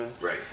Right